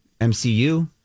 MCU